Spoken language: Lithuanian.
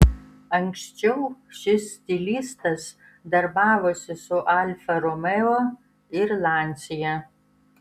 anksčiau šis stilistas darbavosi su alfa romeo ir lancia